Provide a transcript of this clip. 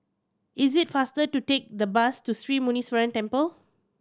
is it faster to take the bus to Sri Muneeswaran Temple